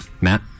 Matt